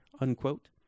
unquote